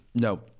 No